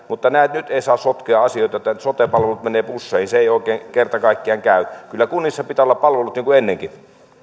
mutta nyt ei saa sotkea asioita että sote palvelut menevät busseihin se ei oikein kerta kaikkiaan käy kyllä kunnissa pitää olla palvelut niin kuin ennenkin